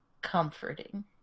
comforting